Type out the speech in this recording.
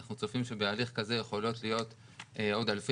אנחנו צופים שבהליך כזה יכולות להיות עוד אלפי